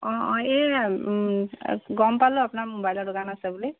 অঁ অঁ এই গম পালোঁ আপোনাৰ মোবাইলৰ দোকান আছে বুলি